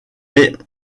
est